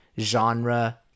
genre